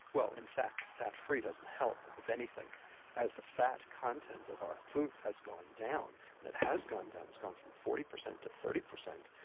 well in fact fat-free doesn't help, if anything as the fat content of our foods has gone down, and it has gone down, it's gone from forty percent to thirty percent,